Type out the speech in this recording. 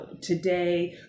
today